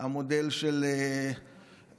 המודל של מנדלביץ',